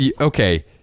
okay